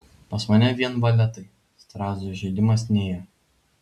pas mane vien valetai strazdui žaidimas nėjo